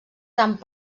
tant